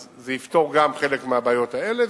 אז זה יפתור גם חלק מהבעיות האלה.